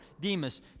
Demas